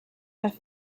have